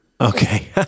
Okay